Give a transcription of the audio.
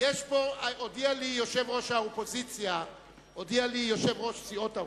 הודיע לי יושב-ראש סיעות האופוזיציה,